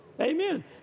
Amen